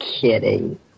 kidding